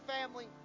family